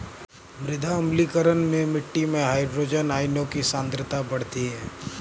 मृदा अम्लीकरण में मिट्टी में हाइड्रोजन आयनों की सांद्रता बढ़ती है